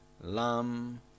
Lam